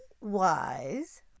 wise